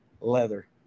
leather